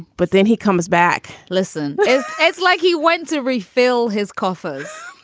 but then he comes back. listen it's like he went to refill his coffers.